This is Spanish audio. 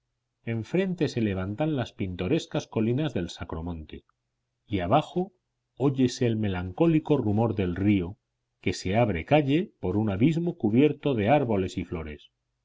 darro enfrente se levantan las pintorescas colinas del sacro monte y abajo óyese el melancólico rumor del río que se abre calle por un abismo cubierto de árboles y de flores